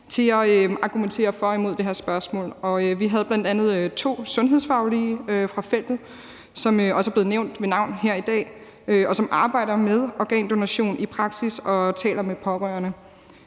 til at argumentere for og imod det her spørgsmål. Vi havde bl.a. to sundhedsfaglige fra feltet inde, som også er blevet nævnt ved navn her i dag, og som arbejder med organdonation i praksis og taler med pårørende.